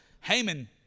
Haman